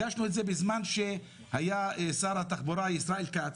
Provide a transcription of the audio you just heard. הגשנו הצעת חוק כאשר שר התחבורה היה ישראל כץ.